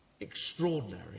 Extraordinary